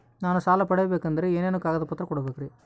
ನಾನು ಸಾಲ ಪಡಕೋಬೇಕಂದರೆ ಏನೇನು ಕಾಗದ ಪತ್ರ ಕೋಡಬೇಕ್ರಿ?